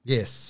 Yes